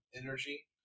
energy